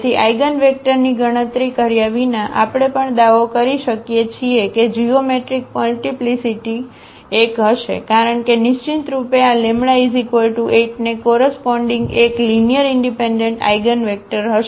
તેથી આઇગનવેક્ટરની ગણતરી કર્યા વિના આપણે પણ દાવો કરી શકીએ છીએ કે જીઓમેટ્રિક મલ્ટીપ્લીસીટી મલ્ટીપ્લીસીટી 1 હશે કારણ કે નિશ્ચિતરૂપે આ λ8 ને કોરસપોન્ડીગ એક લીનીઅરઇનડિપેન્ડન્ટ આઇગનવેક્ટર હશે